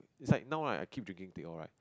it's like now right I keep drinking teh-O right